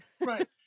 Right